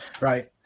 Right